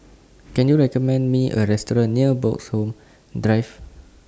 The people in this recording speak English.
Can YOU recommend Me A Restaurant near Bloxhome Drive